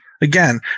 Again